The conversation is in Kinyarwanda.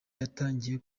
yatangiye